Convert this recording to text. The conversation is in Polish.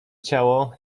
ciało